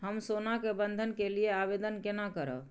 हम सोना के बंधन के लियै आवेदन केना करब?